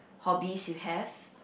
hobbies you have